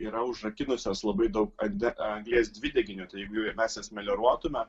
yra užrakinusios labai daug ande anglies dvideginio tai jeigu mes jas melioruotume